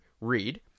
read